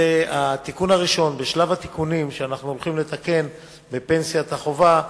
זה התיקון הראשון בשלב התיקונים שאנחנו הולכים לתקן בפנסיית החובה,